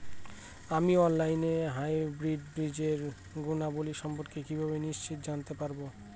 আমি অনলাইনে হাইব্রিড বীজের গুণাবলী সম্পর্কে কিভাবে নিশ্চিত হতে পারব?